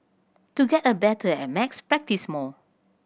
to get a better at maths practise more